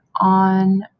on